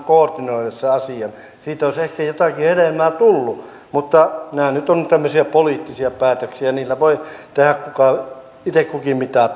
koordinoida sen asian siitä olisi ehkä jotakin hedelmää tullut mutta nämä nyt ovat tämmöisiä poliittisia päätöksiä ja niillä voi tehdä itse kukin mitä